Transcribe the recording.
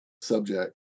subject